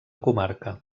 comarca